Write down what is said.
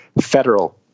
federal